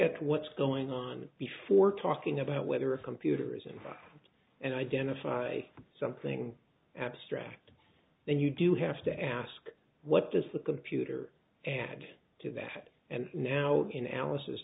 at what's going on before talking about whether a computer is about and identify something abstract then you do have to ask what does the computer and add to that and now in alice